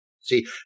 See